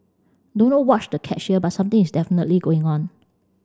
don't know what's the catch here but something is definitely going on